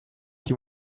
you